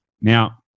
Now